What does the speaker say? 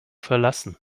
verlassen